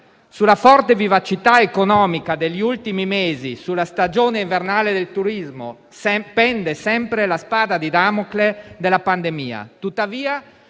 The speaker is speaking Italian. sulla forte vivacità economica degli ultimi mesi, sulla stagione invernale del turismo pende sempre la spada di Damocle della pandemia.